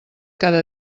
cada